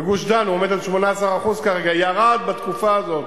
בגוש-דן הוא 18% כרגע, ירד בתקופה הזאת,